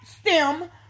stem